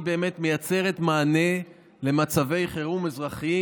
היא באמת מייצרת מענה למצבי חירום אזרחיים.